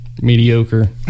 mediocre